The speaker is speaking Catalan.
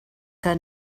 que